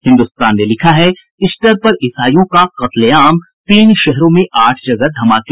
हिन्दुस्तान ने लिखा है ईस्टर पर ईसाइयों का कत्लेआम तीन शहरों में आठ जगह धमाके